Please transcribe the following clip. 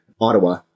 Ottawa